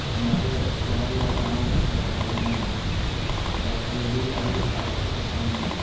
हमारे शहर या गाँव या घर में लाइब्रेरी और अब यह हम में